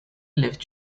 lived